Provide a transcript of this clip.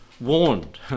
warned